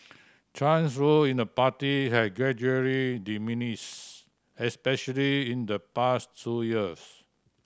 Chen's role in the party has gradually diminished especially in the past two years